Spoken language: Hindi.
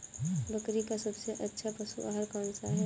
बकरी का सबसे अच्छा पशु आहार कौन सा है?